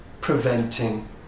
preventing